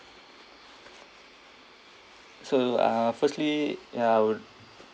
so uh firstly ya I would